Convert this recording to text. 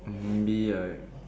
or maybe a